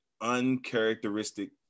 uncharacteristic